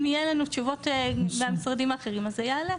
אם יהיו לנו תשובות מהמשרדים האחרים אז זה יעלה.